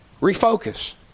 Refocus